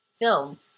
film